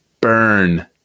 burn